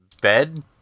bed